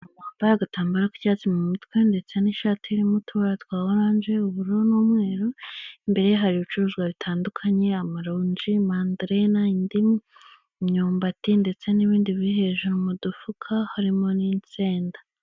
Umumama wambaye agatambaro k'icyatsi mu mutwe ndetse n'ishati irimo utubara twa oranje, ubururu n'umweru, imbere ye hari ibicuruzwa bitandukanye amaronji, mandarena, indimu, imyumbati ndetse n'ibindi birihejuru mu dufuka ndetse n'insenda.